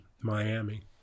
Miami